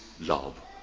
love